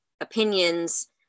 opinions